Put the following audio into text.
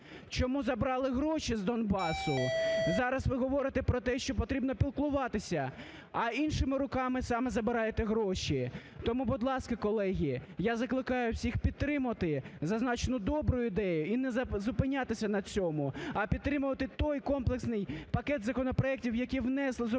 чому забрали гроші з Донбасу. Зараз ви говорите про те, що потрібно піклуватися, а іншими руками саме забираєте гроші. Тому, будь ласка, колеги, я закликаю всіх підтримати зазначену добру ідею і не зупинятися на цьому, а підтримувати той комплексний пакет законопроектів, який внесла зокрема